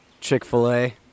Chick-fil-A